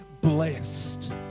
blessed